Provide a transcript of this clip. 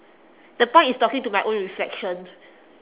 the point is talking to my own reflection